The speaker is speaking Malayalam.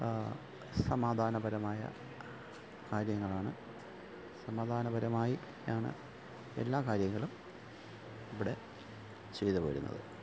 സമാധാനപരമായ കാര്യങ്ങളാണ് സമാധാനപരമായി ആണ് എല്ലാ കാര്യങ്ങളും ഇവിടെ ചെയ്തുപോരുന്നത്